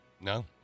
No